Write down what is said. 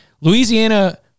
Louisiana